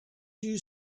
you